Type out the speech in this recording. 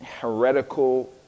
heretical